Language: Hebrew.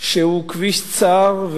הוא כביש צר,